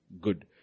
good